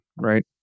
right